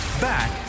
Back